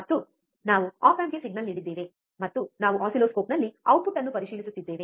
ಮತ್ತು ನಾವು ಆಪ್ ಆಂಪಿಗೆ ಸಿಗ್ನಲ್ ನೀಡಿದ್ದೇವೆ ಮತ್ತು ನಾವು ಆಸಿಲ್ಲೋಸ್ಕೋಪ್ನಲ್ಲಿ ಔಟ್ಪುಟ್ ಅನ್ನು ಪರಿಶೀಲಿಸುತ್ತಿದ್ದೇವೆ